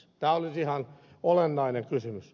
tämä olisi ihan olennainen kysymys